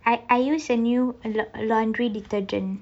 I I use a new laud~ laundry detergent